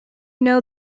know